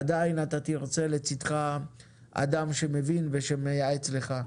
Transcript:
עדיין אתה תרצה לצידך אדם שמבין ושמייעץ לך.